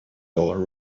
dollar